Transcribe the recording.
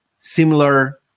similar